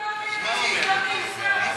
דיברתי עם סתיו.